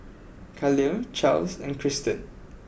Khalil Charles and Christen